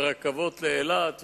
ורכבות לאילת,